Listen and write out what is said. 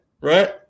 right